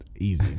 Easy